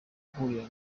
guhurira